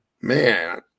Man